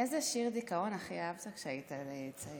איזה שיר דיכאון הכי אהבת כשהיית צעיר?